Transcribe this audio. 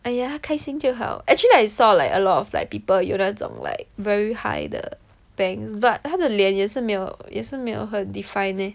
哎呀她开心就好 actually I saw like a lot of like people 有那种 like very high 的 bangs but 她的脸也是没有也是没有很 define eh